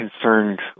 concerned